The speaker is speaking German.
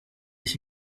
ich